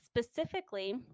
specifically